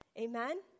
Amen